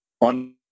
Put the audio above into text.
on